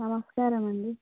నమస్కారం అండి